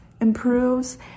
improves